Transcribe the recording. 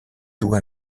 tout